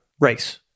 race